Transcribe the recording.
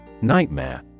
Nightmare